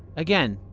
again,